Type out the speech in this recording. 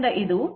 ಇದು 13